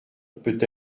peut